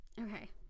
Okay